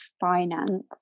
finance